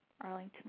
Arlington